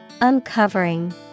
Uncovering